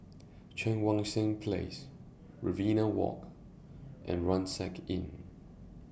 Cheang Wan Seng Place Riverina Walk and Rucksack Inn